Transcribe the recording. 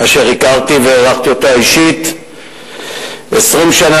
אשר הכרתי והערכתי אותה אישית 20 שנה,